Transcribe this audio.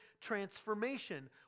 transformation